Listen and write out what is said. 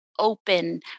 open